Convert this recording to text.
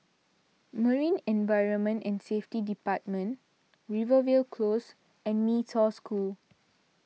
Marine Environment and Safety Department Rivervale Close and Mee Toh School